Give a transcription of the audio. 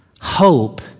Hope